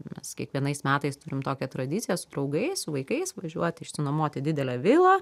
mes kiekvienais metais turim tokią tradiciją su draugais su vaikais važiuot išsinuomoti didelę vilą